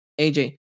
AJ